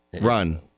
run